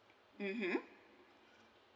mmhmm